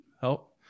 help